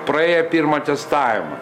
praėję pirmą testavimą